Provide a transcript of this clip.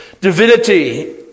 divinity